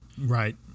Right